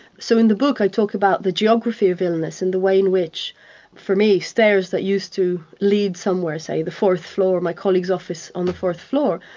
so in the book i talk about the geography of illness, and the way in which for me stairs that used to lead somewhere, say, the fourth floor of my colleague's office on the fourth floor.